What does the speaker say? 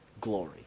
glory